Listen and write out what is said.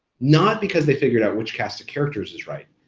not because they figured out which cast of characters is right,